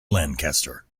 lancaster